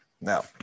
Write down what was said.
Now